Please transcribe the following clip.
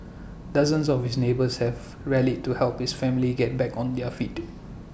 dozens of his neighbours have rallied to help his family get back on their feet